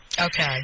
Okay